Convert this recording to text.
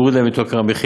להוריד להם את יוקר המחיה,